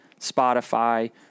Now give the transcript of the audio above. Spotify